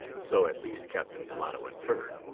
so, at least, captain delano inferred.